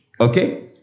Okay